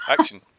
action